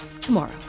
tomorrow